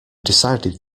decided